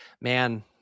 man